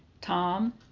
Tom